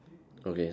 okay same